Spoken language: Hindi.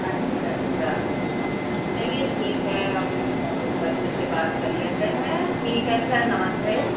अच्छा अच्छा चलिए ठीक है हम फिर बच्चों से बात कर लेते हैं ठीक है अच्छा नमस्ते